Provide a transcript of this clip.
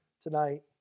tonight